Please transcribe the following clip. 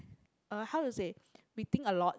uh how to say we think a lot